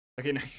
Okay